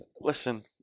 Listen